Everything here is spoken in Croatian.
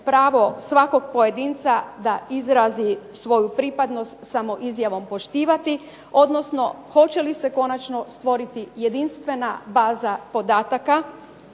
pravo svakog pojedinca da izrazi svoju pripadnost samo izjavom poštivati, odnosno hoće li se konačno stvoriti jedinstvena baza podataka